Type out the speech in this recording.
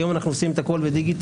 היום אנחנו עושים את הכול בדיגיטל.